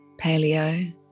Paleo